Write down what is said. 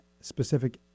specific